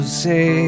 say